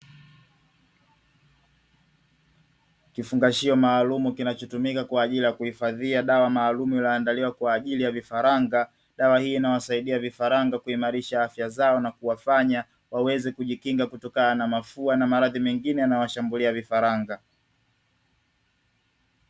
Kifungashio maalumu kinachotumika kwa ajili ya kuhifadhia dawa maalumu, iliyoandaliwa kwa ajili ya vifaranga. Dawa hii inawasaidia vifaranga kuimarisha afya zao na kuwafanya waweze kujikinga, kutokana na mafua na maradhi mengine yanayowashambulia vifaranga.